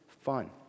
fun